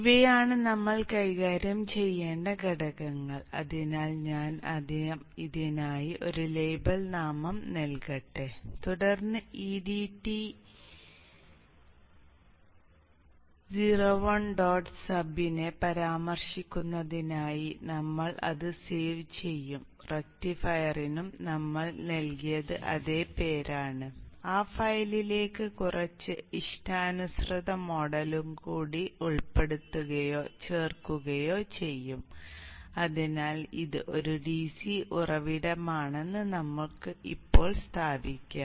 ഇവ Vin ആയിരിക്കും